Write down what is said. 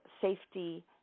Safety